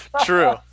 True